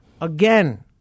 Again